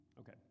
Okay